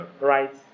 right